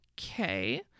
okay